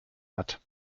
hat